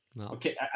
Okay